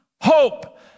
hope